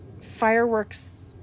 fireworks